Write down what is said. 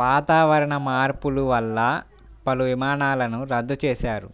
వాతావరణ మార్పులు వల్ల పలు విమానాలను రద్దు చేశారు,